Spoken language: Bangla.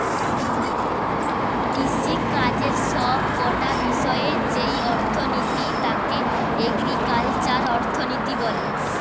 কৃষিকাজের সব কটা বিষয়ের যেই অর্থনীতি তাকে এগ্রিকালচারাল অর্থনীতি বলে